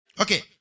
Okay